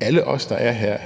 alle os, der er her,